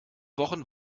wochen